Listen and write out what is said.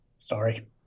sorry